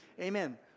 Amen